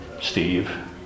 Steve